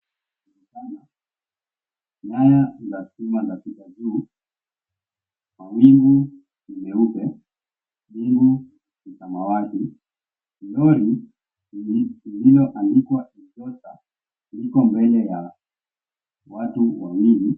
Nyaya za stima zapita juu, mawingu ni meupe, mbingu ni samawati, lori ilioandikwa, Exhauster liko mbele ya watu wawili.